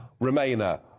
Remainer